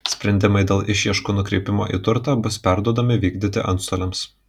sprendimai dėl išieškų nukreipimo į turtą bus perduodami vykdyti antstoliams